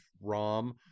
ROM